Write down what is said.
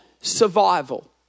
survival